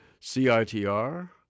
CITR